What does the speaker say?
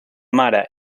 mare